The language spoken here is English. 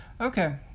Okay